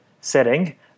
setting